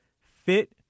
fit